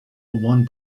one